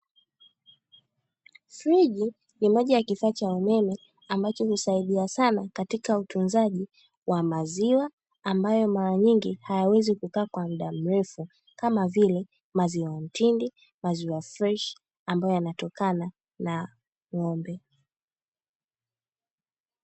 Friji ni moja ya kifaa cha umeme ambacho husaidia sana katika utunzaji wa maziwa ambayo mara nyingi hayawezi kukaa kwa muda mrefu, kama vile: maziwa mtindi, maziwa freshi; ambayo yanatokana na ng'ombe.